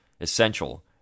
essential